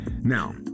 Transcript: Now